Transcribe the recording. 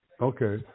Okay